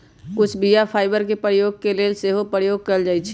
कुछ बीया फाइबर के खाय के लेल सेहो प्रयोग कयल जाइ छइ